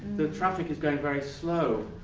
the traffic is going very slow.